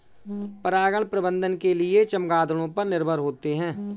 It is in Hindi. परागण प्रबंधन के लिए चमगादड़ों पर निर्भर होते है